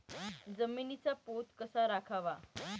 जमिनीचा पोत कसा राखावा?